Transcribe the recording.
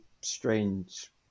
strange